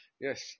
Yes